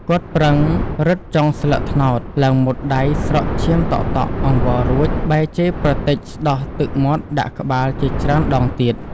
គាត់ប្រឹងរឹតចុងស្លឹកត្នោតឡើងមុតដៃស្រក់ឈាមតក់ៗ អង្វររួច បែរជេរប្រទេចស្ដោះទឹកមាត់ដាក់ក្បាលជាច្រើនដងទៀត។